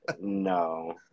No